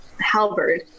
halberd